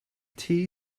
tea